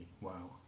Wow